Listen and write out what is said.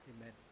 Amen